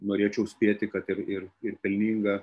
norėčiau spėti kad ir ir ir pelningą